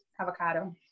Avocado